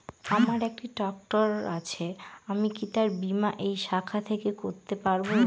আমার একটি ট্র্যাক্টর আছে আমি কি তার বীমা এই শাখা থেকে করতে পারব?